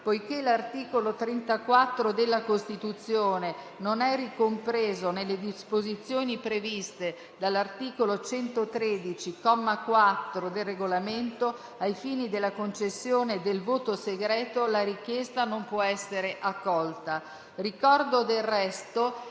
Poiché l'articolo 34 della Costituzione non è ricompreso nelle disposizioni previste dall'articolo 113, comma 4, del Regolamento, ai fini della concessione del voto segreto, la richiesta non può essere accolta. Ricordo del resto